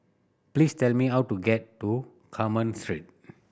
please tell me how to get to Carmen Street